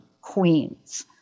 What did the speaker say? queens